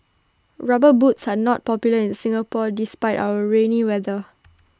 rubber boots are not popular in Singapore despite our rainy weather